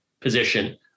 position